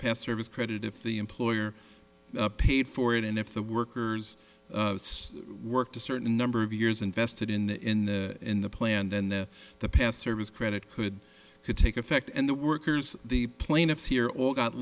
past service credit if the employer paid for it and if the workers worked a certain number of years invested in the in the in the plan then the the past service credit could could take effect and the workers the plaintiffs here all got